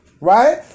right